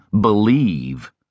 believe